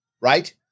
Right